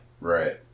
Right